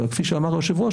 וכפי שאמר היושב-ראש,